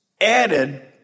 added